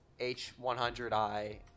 H100i